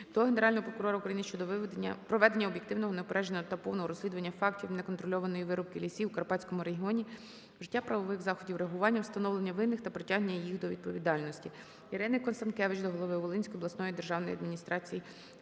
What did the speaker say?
до Генерального прокурора України щодо проведення об'єктивного, неупередженого та повного розслідування фактів неконтрольованої вирубки лісів у Карпатському регіоні, вжиття правових заходів реагування, встановлення винних та притягнення їх до відповідальності. ІриниКонстанкевич до голови Волинської обласної державної адміністрації